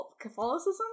catholicism